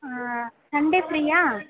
Sunday ஃப்ரீயா